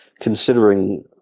considering